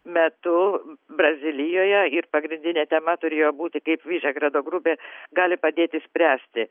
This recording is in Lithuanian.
metu brazilijoje ir pagrindinė tema turėjo būti kaip vyšegrado grupė gali padėti spręsti